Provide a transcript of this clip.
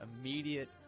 immediate